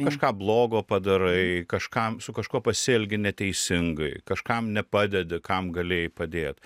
kažką blogo padarai kažkam su kažkuo pasielgi neteisingai kažkam nepadedi kam galėjai padėt